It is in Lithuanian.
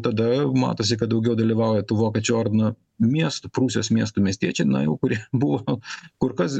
tada matosi kad daugiau dalyvauja tų vokiečių ordino miestų prūsijos miestų miestiečių na jau kurie buvo kur kas